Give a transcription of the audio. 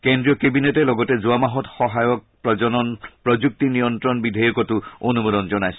কেন্দ্ৰীয় কেবিনেটে লগতে যোৱা মাহত সহায়ক প্ৰজনন প্ৰযুক্তি নিয়ন্ত্ৰণ বিধেয়কতো অনুমোদন জনাইছে